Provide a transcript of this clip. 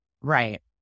Right